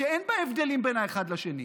שאין בה הבדלים בין האחד לשני.